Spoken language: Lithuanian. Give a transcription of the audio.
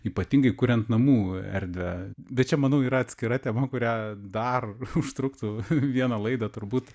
ypatingai kuriant namų erdvę bet čia manau yra atskira tema kurią dar užtruktų vieną laidą turbūt